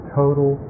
total